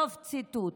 סוף ציטוט.